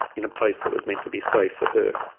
in a place that was meant to be safe for her.